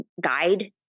guide